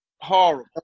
Horrible